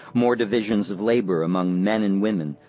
more divisions of labor among men and women,